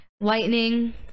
lightning